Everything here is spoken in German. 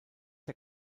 der